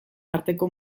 arteko